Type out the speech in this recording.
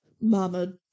mama